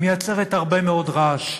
היא מייצרת הרבה מאוד רעש,